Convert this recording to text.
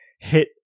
hit